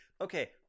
okay